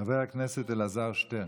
חבר הכנסת אלעזר שטרן.